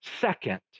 second